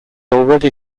already